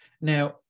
now